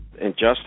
injustice